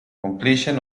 completion